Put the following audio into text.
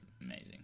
amazing